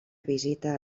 visita